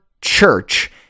church